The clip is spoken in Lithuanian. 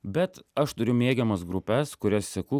bet aš turiu mėgiamas grupes kurias seku